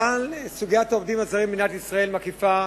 כלל סוגיית העובדים הזרים במדינת ישראל מקיפה,